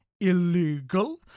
illegal